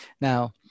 Now